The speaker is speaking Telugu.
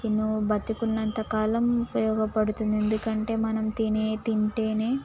ఇది నువ్వు బ్రతికున్నంత కాలం ఉపయోగపడుతుంది ఎందుకంటే మనం తినే తింటేనే